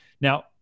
Now